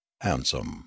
handsome